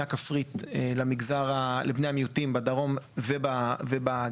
הכפרית לבני המיעוטים בדרום ובגליל.